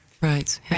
Right